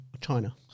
China